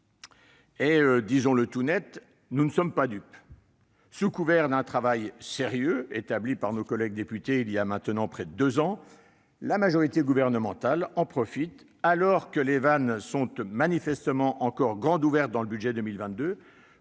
Disons-le tout net, nous ne sommes pas dupes ! Sous couvert d'un travail sérieux réalisé par nos collègues députés il y a maintenant près de deux ans, la majorité gouvernementale en profite, alors que les vannes sont manifestement encore grandes ouvertes dans le cadre du